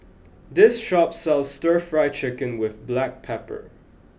this shop sells stir fry chicken with black pepper